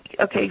Okay